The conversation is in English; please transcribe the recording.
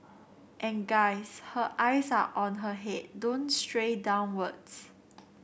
and guys her eyes are on her head don't stray downwards